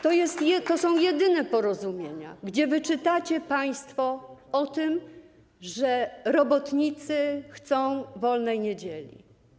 To są jedyne porozumienia, gdzie wyczytacie państwo o tym, że robotnicy chcą wolnej niedzieli.